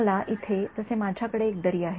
तर इथे जसे माझ्याकडे एक दरी आहे